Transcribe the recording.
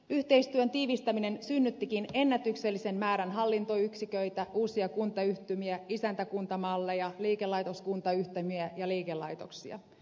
yhteistyön tiivistäminen synnyttikin ennätyksellisen määrän hallintoyksiköitä uusia kuntayhtymiä isäntäkuntamalleja liikelaitoskuntayhtymiä ja liikelaitoksia